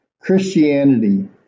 Christianity